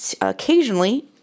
occasionally